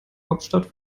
hauptstadt